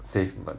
save money